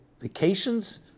Vacations